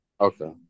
okay